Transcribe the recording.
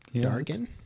Dargan